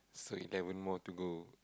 so eleven more to go